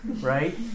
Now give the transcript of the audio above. right